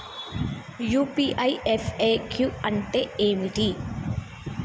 UPI FAQ అంటే ఏమిటి?